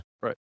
Right